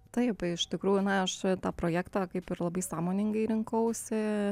taip iš tikrųjų na aš tą projektą kaip ir labai sąmoningai rinkausi